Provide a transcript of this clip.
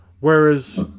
Whereas